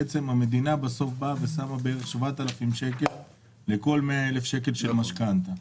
בעצם המדינה בסוף באה ושמה בערך 7,000 שקל לכל 100,000 שקל של משכנתא.